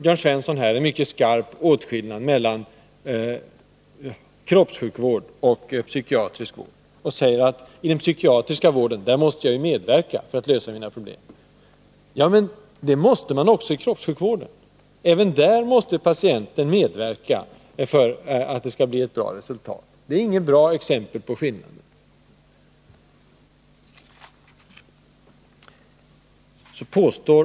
Jörn Svensson gjorde en mycket skarp åtskillnad mellan kroppssjukvård och psykiatrisk vård. Han sade att vid den psykiatriska vården måste patienten medverka för att lösa problemen. Men det måste patienten göra även inom kroppssjukvården, för att resultatet skall bli bra. Jörn Svensson gav alltså inget bra exempel på skillnaderna mellan kroppssjukvård och psykiatrisk vård.